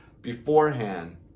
beforehand